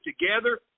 together